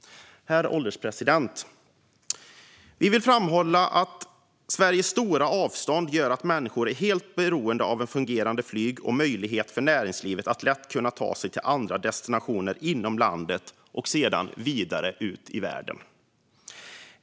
Herr ålderspresident! Vi vill framhålla att Sveriges stora avstånd gör att människor är helt beroende av flyget, och för näringslivet måste det vara lätt att ta sig till andra destinationer inom landet och sedan vidare ut i världen.